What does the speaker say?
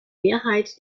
mehrheit